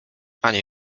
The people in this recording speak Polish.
ani